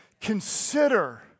Consider